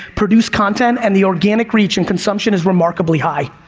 produce content and the organic reach and consumption is remarkably high.